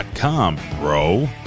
bro